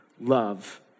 love